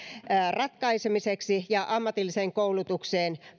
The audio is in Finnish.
ratkaisemiseksi ja ammatilliseen koulutukseen